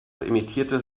emittierte